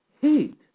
Heat